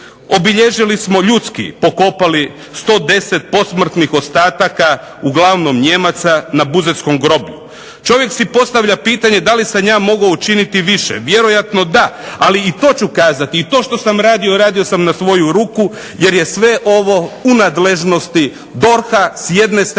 Obilježili smo ljudski, pokopali 110 posmrtnih ostataka uglavnom Nijemaca na Buzetskom groblju. Čovjek si postavlja pitanje, da li sam ja mogao učiniti više? Vjerojatno da ali i to ću kazati i to što sam radio, radio sam na svoju ruku, jer je sve ovo u nadležnosti DORH-a s jedne strane